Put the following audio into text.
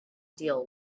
deal